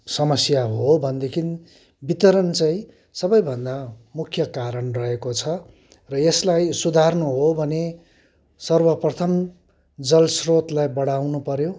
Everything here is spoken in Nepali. समस्या हो भनेदेखि वितरण चाहिँ सबैभन्दा मुख्य कारण रहेको छ र यसलाई सुधार्नु हो भने सर्वप्रथम जल स्रोतलाई बढाउनु पर्यो